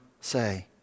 say